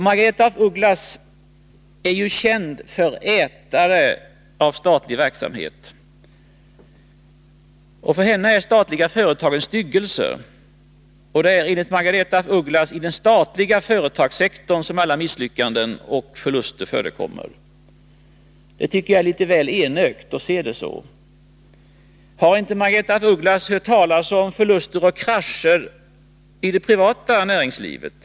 Margaretha af Ugglas är känd som ”ätare” av statlig verksamhet. För henne är statliga företag en styggelse. Enligt Margaretha af Ugglas är det inom den statliga företagssektorn som alla misslyckanden och förluster förekommer. Det är litet väl enögt att se det så. Har inte Margaretha af Ugglas hört talas om förluster och krascher i det privata näringslivet?